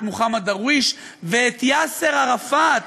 את מחמוד דרוויש ואת יאסר ערפאת,